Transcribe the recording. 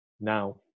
now